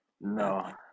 No